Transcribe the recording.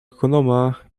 ekonoma